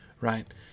right